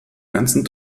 ganzen